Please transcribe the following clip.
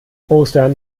ostern